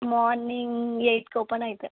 morning ఎయిట్కి open అవుతుంది